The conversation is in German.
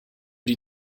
die